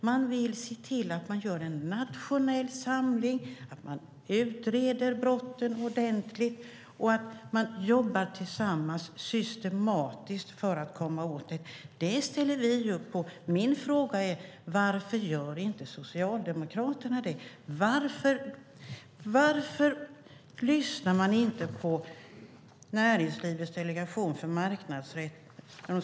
De vill se till att man gör en nationell samling, att man utreder brotten ordentligt och att man jobbar tillsammans systematiskt för att komma åt detta. Det ställer vi upp på. Min fråga är: Varför gör inte Socialdemokraterna det? Varför lyssnar man inte på Näringslivets delegation för marknadsrätt?